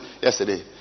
yesterday